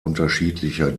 unterschiedlicher